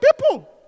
people